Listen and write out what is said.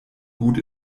gut